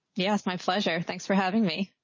yeah, it's my pleasure. thanks for having me.